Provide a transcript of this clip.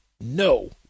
no